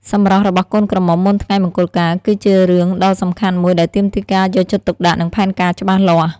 សម្រស់របស់កូនក្រមុំមុនថ្ងៃមង្គលការ គឺជារឿងដ៏សំខាន់មួយដែលទាមទារការយកចិត្តទុកដាក់ និងផែនការច្បាស់លាស់ ។